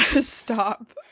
stop